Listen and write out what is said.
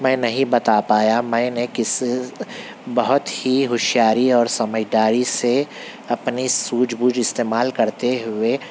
میں نہیں بتا پایا میں نے کس سے بہت ہی ہوشیاری اور سمجھداری سے اپنی سوجھ بوجھ سے استعمال کرتے ہوئے